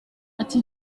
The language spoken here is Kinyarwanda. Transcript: ati